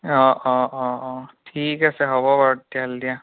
অঁ অঁ অঁ অঁ ঠিক আছে হ'ব বাৰু তেতিয়াহ'লে দিয়া